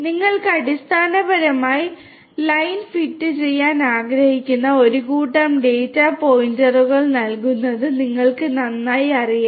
നിങ്ങൾക്ക് അടിസ്ഥാനപരമായി line fit ചെയ്യാൻ ആഗ്രഹിക്കുന്ന ഒരു കൂട്ടം ഡാറ്റ പോയിന്റുകൾ നൽകുന്നത് നിങ്ങൾക്ക് നന്നായി അറിയാം